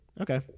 Okay